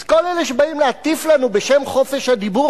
אז כל אלה שבאים להטיף לנו בשם חופש הדיבור,